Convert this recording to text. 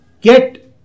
get